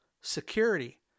security